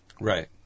Right